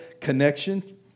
connection